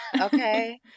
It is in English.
okay